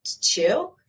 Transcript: two